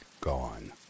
gone